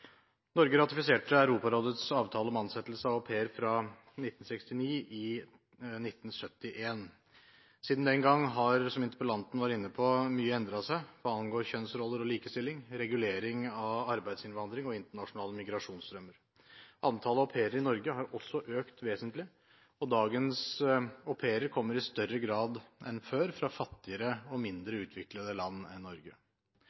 Norge ratifiserte Europarådets avtale om ansettelse av au pair fra 1969 i 1971. Siden den gang har, som interpellanten var inne på, mye endret seg hva angår kjønnsroller og likestilling, regulering av arbeidsinnvandring og internasjonale migrasjonsstrømmer. Antallet au pairer i Norge har også økt vesentlig, og dagens au pairer kommer i større grad enn før fra fattigere og mindre utviklede land enn Norge.